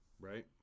right